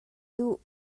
duh